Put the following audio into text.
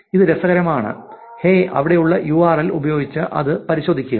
ഇത് രസകരമാണ് ഹേയ് അവിടെയുള്ള യൂ ആർ എൽ ഉപയോഗിച്ച് ഇത് പരിശോധിക്കുക